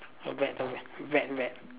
not bad not bad vet vet